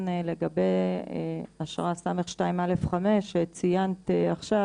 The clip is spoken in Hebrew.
לגבי אשרה ס' 2(א)5 שציינת עכשיו,